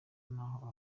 naho